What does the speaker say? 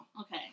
Okay